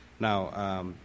Now